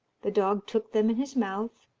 the dog took them in his mouth,